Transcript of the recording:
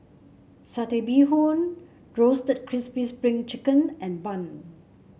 Satay Bee Hoon Roasted Crispy Spring Chicken and bun